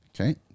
Okay